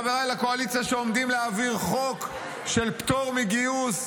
חבריי לקואליציה שעומדים להעביר חוק של פטור מגיוס,